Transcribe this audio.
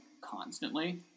constantly